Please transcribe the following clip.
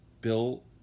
bill